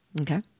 Okay